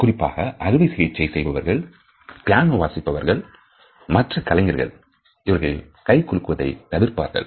குறிப்பாக அறுவை சிகிச்சை செய்பவர்கள் பியானோ வாசிப்பவர்கள் மற்ற கலைஞர்கள் இவர்கள்கை குலுக்குவதை தவிப்பவர்கள்